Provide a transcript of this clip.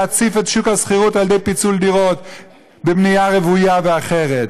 להציף את שוק השכירות על ידי פיצול דירות בבנייה רוויה ואחרת,